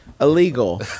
illegal